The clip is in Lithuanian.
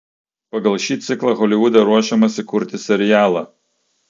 pagal šį ciklą holivude ruošiamasi kurti serialą